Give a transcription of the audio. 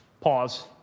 pause